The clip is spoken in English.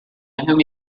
whom